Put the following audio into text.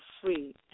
free